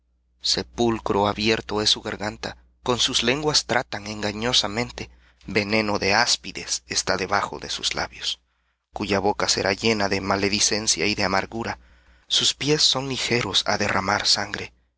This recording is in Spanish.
sepulcro abierto es su garganta con sus lenguas tratan engañosamente veneno de áspides está debajo de sus labios cuya boca está llena de maledicencia y de amargura sus pies son ligeros á derramar sangre